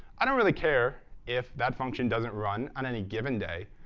i don't really care if that function doesn't run on any given day,